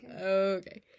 Okay